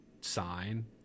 sign